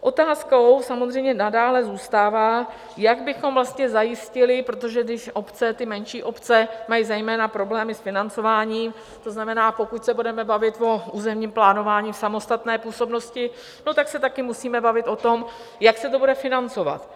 Otázkou samozřejmě nadále zůstává, jak bychom to vlastně zajistili, když ty menší obce mají zejména problémy s financováním, to znamená, pokud se budeme bavit o územním plánování v samostatné působnosti, tak se taky musíme bavit o tom, jak se to bude financovat.